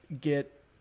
get